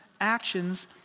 actions